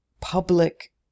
public